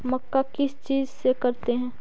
मक्का किस चीज से करते हैं?